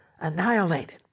annihilated